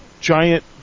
giant